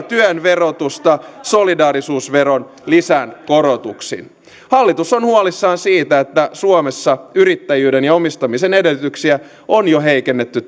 työn verotusta solidaarisuusveron lisäkorotuksin hallitus on huolissaan siitä että suomessa yrittäjyyden ja omistamisen edellytyksiä on jo heikennetty